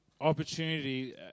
opportunity